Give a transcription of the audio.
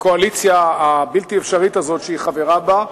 לקואליציה הבלתי-אפשרית הזאת שהיא חברה בה,